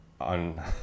on